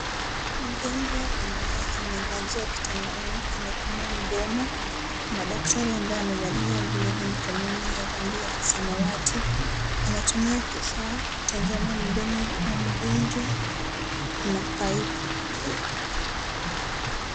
Mgonjwa ambaye amelazwa kitandani amepanua mdomo, kuna dakatari ambaye amevalia glovu mkononi ya rangi ya samawati anatumia kifaa kutazama mdomo wa mgonjwa, kuna paipu.